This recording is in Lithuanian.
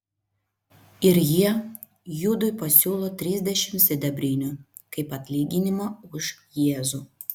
ir jie judui pasiūlo trisdešimt sidabrinių kaip atlyginimą už jėzų